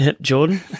Jordan